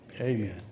Amen